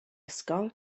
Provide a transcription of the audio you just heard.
ysgol